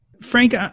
Frank